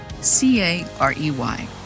C-A-R-E-Y